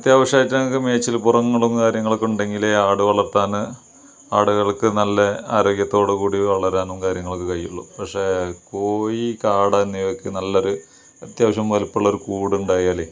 അത്യാവശ്യം ആയിട്ട് നമുക്ക് മേച്ചിൽ പുറങ്ങളും കാര്യങ്ങളൊക്കെ ഉണ്ടെങ്കിലേ ആട് വളർത്താൻ ആടുകൾക്ക് നല്ല ആരോഗ്യത്തോട് കൂടി വളരാനും കാര്യങ്ങളും ഒക്കെ കഴിയുള്ളു പക്ഷേ കോഴി കാട എന്നിവക്ക് നല്ലൊരു അത്യാവശ്യം വലിപ്പം ഉള്ളൊരു കൂട് ഉണ്ടായാൽ